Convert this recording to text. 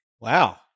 Wow